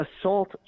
assault